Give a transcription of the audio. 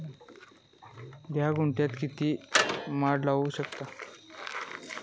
धा गुंठयात मी किती माड लावू शकतय?